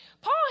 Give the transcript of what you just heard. Paul